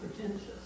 pretentious